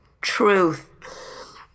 Truth